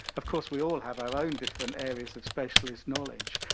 of course, we all have our own different areas of specialist knowledge.